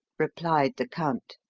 replied the count.